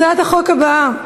הצעת החוק הבאה,